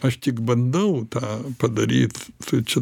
aš tik bandau tą padaryt tai čia